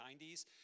90s